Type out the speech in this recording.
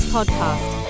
Podcast